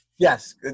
Yes